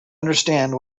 understand